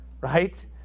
Right